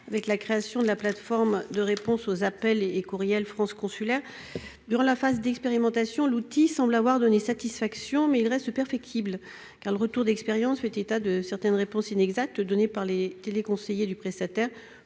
la création de la plateforme de réponse aux appels et courriels France Consulaire. Durant la phase d'expérimentation, l'outil semble avoir donné satisfaction, mais il reste perfectible, car le retour d'expérience fait état de certaines réponses inexactes données par les téléconseillers du prestataire,